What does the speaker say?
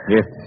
Yes